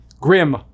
Grim